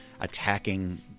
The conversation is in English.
attacking